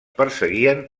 perseguien